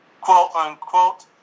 quote-unquote